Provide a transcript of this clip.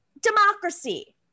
democracy